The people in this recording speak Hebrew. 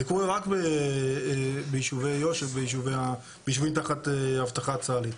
זה קורה רק ביישובי יו"ש וביישובים תחת אבטחה צה"לית.